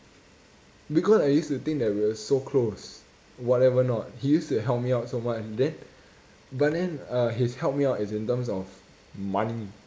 because I used to think that we were so close whatever not he used to help me out so much then but then uh his help me out is in terms of money